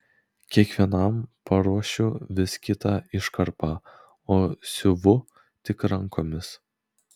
kiekvienam paruošiu vis kitą iškarpą o siuvu tik rankomis